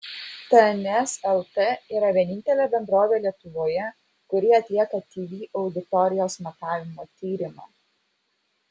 tns lt yra vienintelė bendrovė lietuvoje kuri atlieka tv auditorijos matavimo tyrimą